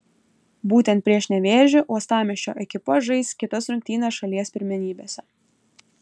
būtent prieš nevėžį uostamiesčio ekipa žais kitas rungtynes šalies pirmenybėse